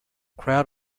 crowd